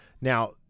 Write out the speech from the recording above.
Now